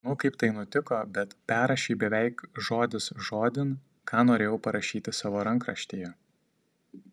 nežinau kaip tai nutiko bet perrašei beveik žodis žodin ką norėjau parašyti savo rankraštyje